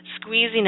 squeezing